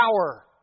power